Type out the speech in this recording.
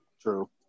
True